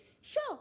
Sure